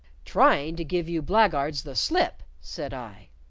trying to give you blackguards the slip, said i.